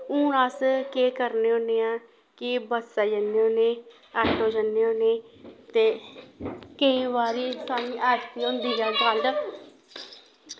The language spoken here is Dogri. हून अस केह् करने होन्ने आं कि बस्सा जन्ने होने आटो जन्ने होन्ने ते केईं बारी साढ़ी ऐसी होंदी ऐ गल्ल